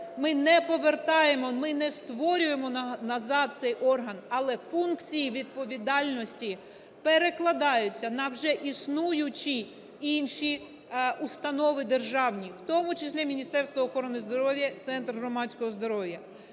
Ми не повертаємо, ми не створюємо назад цей орган, але функції відповідальності перекладаються на вже існуючі інші установи державні, в тому числі, Міністерство охорони здоров'я, Центр громадського здоров'я.